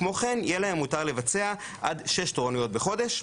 כמו כן, יהיה מותר להם לבצע עד שש תורנויות בחודש.